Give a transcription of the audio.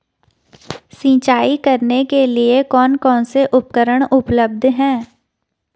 सिंचाई करने के लिए कौन कौन से उपकरण उपलब्ध हैं?